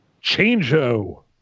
Change-o